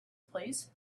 please